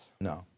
No